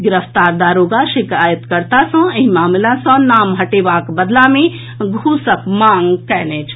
गिरफ्तार दारोगा शिकायतकर्ता सँ एक मामिला सँ नाम हटेबाक बदला मे घूसक मांग कएने छल